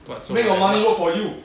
but so I ask